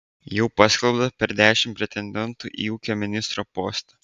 jau paskelbta per dešimt pretendentų į ūkio ministro postą